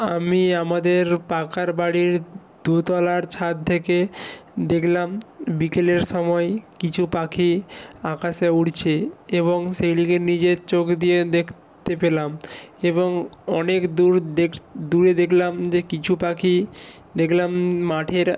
আমি আমাদের পাকার বাড়ির দু তলার ছাদ থেকে দেখলাম বিকেলের সময় কিছু পাখি আকাশে উড়ছে এবং সেদিকে নিজের চোখ দিয়ে দেখতে পেলাম এবং অনেক দূর দেখ দূরে দেখলাম যে কিছু পাখি দেখলাম মাঠের